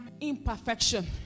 imperfection